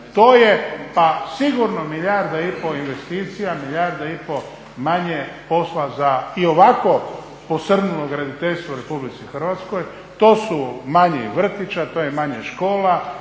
To je pa sigurno milijarda i pol investicija, milijarda i pol manje posla za i ovako posrnulo graditeljstvo u Republici Hrvatskoj. To su manje vrtića, to je manje škola,